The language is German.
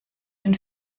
den